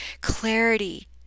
clarity